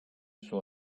suo